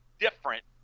different